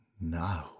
no